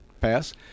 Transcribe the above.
pass